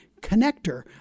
connector